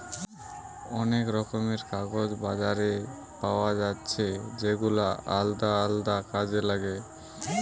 অনেক রকমের কাগজ বাজারে পায়া যাচ্ছে যেগুলা আলদা আলদা কাজে লাগে